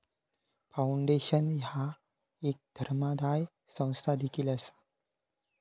foundation ह्या एक धर्मादाय संस्था देखील असा